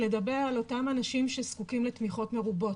לדבר על אותם אנשים שזקוקים לתמיכות מרובות,